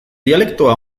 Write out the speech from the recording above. dialektoa